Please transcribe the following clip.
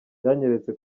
byanyeretse